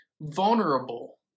vulnerable